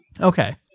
Okay